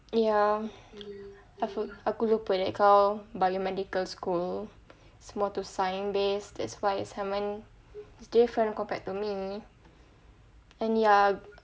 ya aku lupa kau biomedical school it's more to science based as far as it's different compared to me and ya